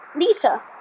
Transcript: Lisa